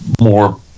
more